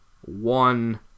One